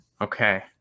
Okay